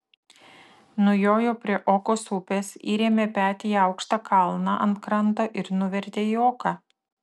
nujojo prie okos upės įrėmė petį į aukštą kalną ant kranto ir nuvertė į oką